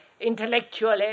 intellectually